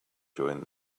during